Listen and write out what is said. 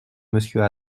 monsieur